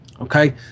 Okay